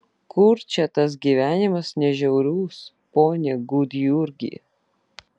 kur čia tas gyvenimas ne žiaurus pone gudjurgi